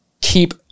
keep